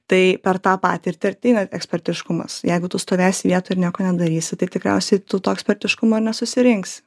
tai per tą patirtį ir ateina ekspertiškumas jeigu tu stovėsi vietoj ir nieko nedarysi tai tikriausiai tu to ekspertiškumo ir nesusirinksi